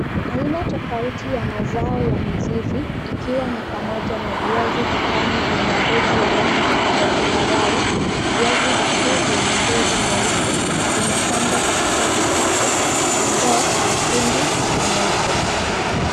Aina tofauti ya mazao ya mizizi ikiwa ni pamoja na viazi vitamu vyenye ngozi ya rangi ya zambarau, viazi vikuu vyenye ngozi nyeusi vimepangwa kwenye vikapu na ndoo nyekundu na nyeupe.